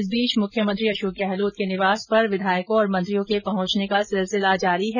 इस बीच मुख्यमंत्री अशोक गहलोत के निवास पर विधायकों और मंत्रियों के पहुंचने का सिलसिला जारी है